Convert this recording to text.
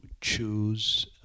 choose